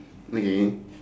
okay